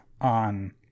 on